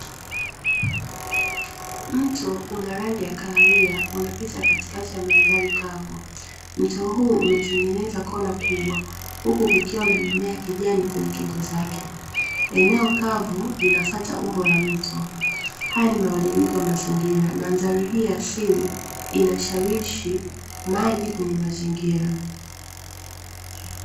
Mto una rangi ya kahawia, unapita katikati ya mandhari kavu. Mto huu umetengeneza kona kubwa huku kukiwa na mimea ya kijani kwenye kingo zake. Eneo kavu linafuata umbo la mto. Hayo ni mabadiliko ya mazingira. Mandhari hii ya asili inashawishi maji kwenye mazingira.